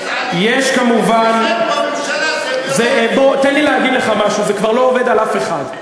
תן לי להגיד לך משהו: זה כבר לא עובד על אף אחד.